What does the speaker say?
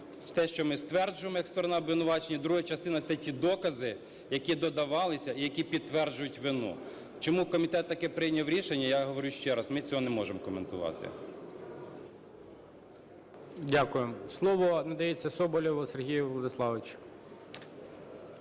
те, що ми стверджуємо як сторона обвинувачення. Друга частина – це ті докази, які додавалися і які підтверджують вину. Чому комітет таке прийняв рішення, я говорю ще раз, ми цього не можемо коментувати. ГОЛОВУЮЧИЙ. Дякую. Слово надається Соболєву Сергію Владиславовичу.